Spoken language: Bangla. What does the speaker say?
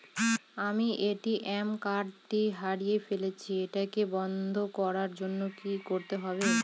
আমি এ.টি.এম কার্ড টি হারিয়ে ফেলেছি এটাকে বন্ধ করার জন্য কি করতে হবে?